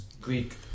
Greek